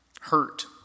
hurt